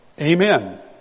Amen